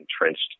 entrenched